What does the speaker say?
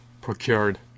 procured